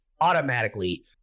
automatically